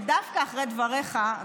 ודווקא אחרי דבריך,